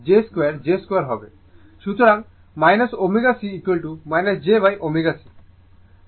সুতরাং ω C jω C